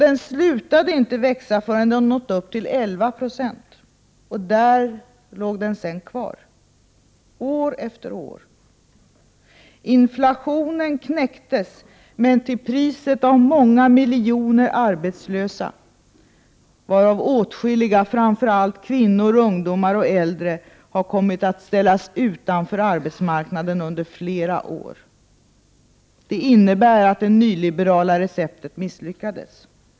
Den slutade inte växa förrän den nått upp till 11 96 — och där låg den sedan kvar, år efter år. Inflationen knäcktes — men till priset av många miljoner arbetslösa, varav åtskilliga, framför allt kvinnor, ungdomar och äldre, har kommit att ställas utanför arbeslivet under flera år. Det innebär att det nyliberala receptet misslyckades.